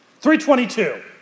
322